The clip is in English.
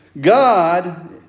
God